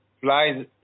flies